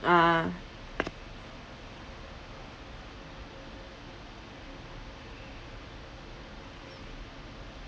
ah